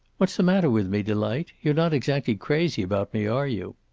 what's the matter with me, delight? you're not exactly crazy about me, are you?